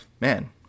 man